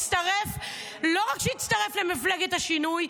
לא רק שהצטרף לממשלת השינוי,